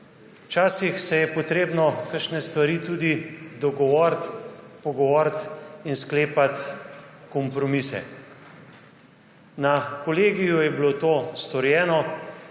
Včasih se je potrebno kakšne stvari tudi dogovoriti, pogovoriti in sklepati kompromise. Na kolegiju je bilo to storjeno.